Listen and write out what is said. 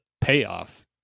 payoff